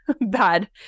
bad